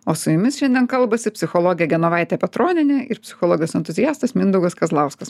o su jumis šiandien kalbasi psichologė genovaitė petronienė ir psichologijos entuziastas mindaugas kazlauskas